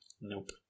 Nope